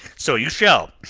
so you shall,